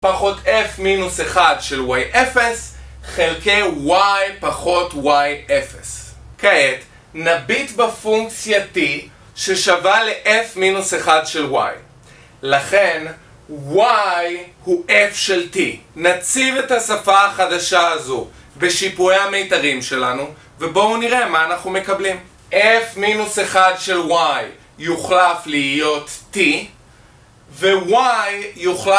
פחות f-1 של y0 חלקי y פחות y0. כעת, נביט בפונקציה t ששווה לf-1 של y לכן, y הוא f של t נציב את השפה החדשה הזו בשיפועי המיתרים שלנו ובואו נראה מה אנחנו מקבלים f-1 של y יוחלף להיות t ו-y יוחלף להיות t